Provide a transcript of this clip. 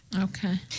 Okay